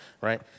Right